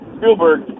Spielberg